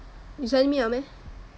you sending me liao meh